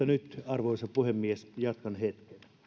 nyt arvoisa puhemies jatkan hetken pöntöstä